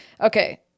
Okay